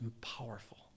powerful